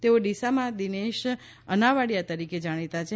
તેઓ ડીસામાં દિનેશ અનાવાડીયા તરીકે જાણીતા છે